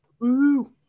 woo